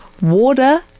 water